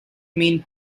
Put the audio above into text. mean